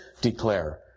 declare